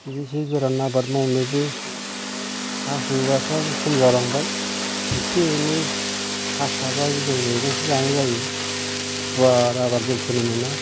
बिदि एसे गोरान आबाद मावनोबो हा हुआबो खम जालांबाय एसे एनै हा थाब्लाबो जों मैगंसो जानाय जायो गुवार आबाद जों फोनो मोना